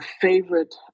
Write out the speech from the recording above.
favorite